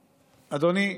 אדוני,